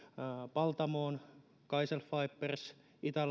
paltamon kaicell fibers itä